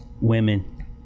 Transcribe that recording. women